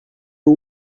two